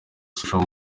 social